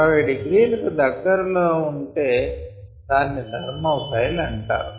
60 degree లకు దగ్గర లో ఉంటే దాన్ని ధెర్మోఫైల్ అంటారు